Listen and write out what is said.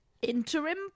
Interim